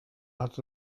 hat